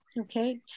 okay